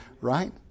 right